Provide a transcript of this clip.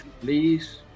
please